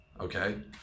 Okay